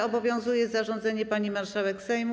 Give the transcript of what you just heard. Obowiązuje zarządzenie pani marszałek Sejmu.